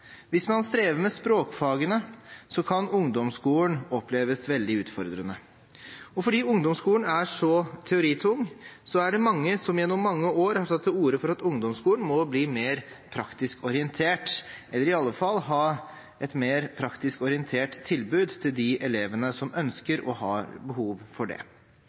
hvis man strever med språkfagene, kan ungdomsskolen oppleves veldig utfordrende. Fordi ungdomsskolen er så teoritung, er det mange som gjennom mange år har tatt til orde for at ungdomsskolen må bli mer praktisk orientert, eller i alle fall ha et mer praktisk orientert tilbud til de elevene som ønsker det og har behov for det.